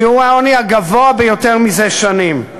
שיעור העוני הגבוה ביותר מזה שנים.